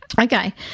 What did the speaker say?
Okay